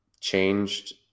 changed